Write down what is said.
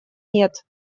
нет